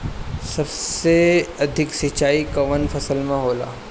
सबसे अधिक सिंचाई कवन फसल में होला?